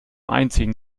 einziehen